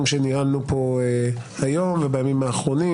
שניהלנו כאן היום ובימים האחרונים.